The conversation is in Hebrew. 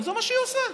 זה מה שהיא עושה.